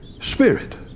spirit